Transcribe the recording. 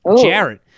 Jared